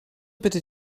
bitte